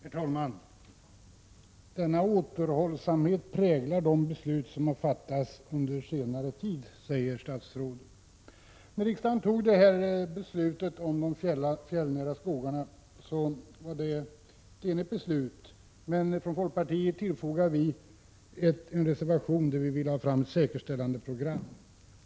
Herr talman! ”Denna återhållsamhet präglar de beslut som har fattats under senare tid”, säger statsrådet. När riksdagen tog beslutet om de fjällnära skogarna var det ett enigt beslut, men från folkpartiet tillfogade vi en reservation enligt vilken vi ville ha fram ett säkerställande program.